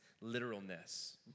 literalness